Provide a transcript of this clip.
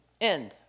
end